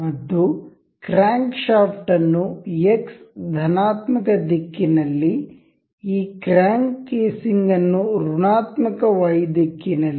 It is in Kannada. ಮತ್ತು ಕ್ರ್ಯಾಂಕ್ ಶಾಫ್ಟ್ ಅನ್ನು ಎಕ್ಸ್ ಧನಾತ್ಮಕ ದಿಕ್ಕಿನಲ್ಲಿ ಈ ಕ್ರ್ಯಾಂಕ್ ಕೇಸಿಂಗ್ ಅನ್ನು ಋಣಾತ್ಮಕ ವೈ ದಿಕ್ಕಿನಲ್ಲಿ